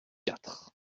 quatre